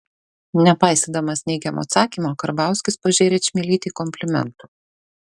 nepaisydamas neigiamo atsakymo karbauskis pažėrė čmilytei komplimentų